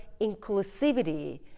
inclusivity